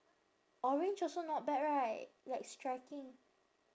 orange also not bad right like striking